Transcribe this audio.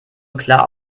klar